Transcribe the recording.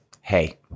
hey